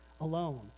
alone